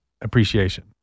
appreciation